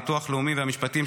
הביטוח הלאומי והמשפטים,